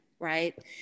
right